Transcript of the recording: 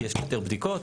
כי יש יותר בדיקות.